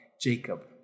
Jacob